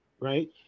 right